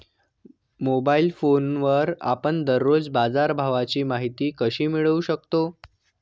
Mobile फोनवर आपण दररोज बाजारभावाची माहिती कशी मिळवू शकतो?